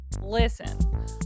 Listen